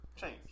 change